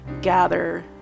gather